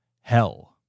hell